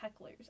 hecklers